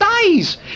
days